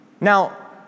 Now